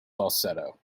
falsetto